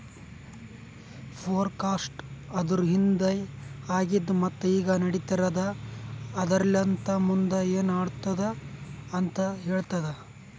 forecast ಅಂದುರ್ ಹಿಂದೆ ಆಗಿದ್ ಮತ್ತ ಈಗ ನಡಿತಿರದ್ ಆದರಲಿಂತ್ ಮುಂದ್ ಏನ್ ಆತ್ತುದ ಅಂತ್ ಹೇಳ್ತದ